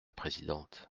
présidente